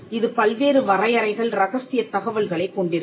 இது பல்வேறு வரையறைகள் ரகசியத் தகவல்களைக் கொண்டிருக்கும்